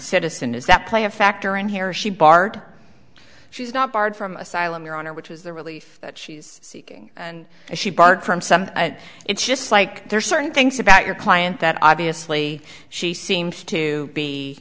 citizen does that play a factor in here she barred she's not barred from asylum your honor which is the relief that she's seeking and she barred from some it's just like there are certain things about your client that obviously she seems to be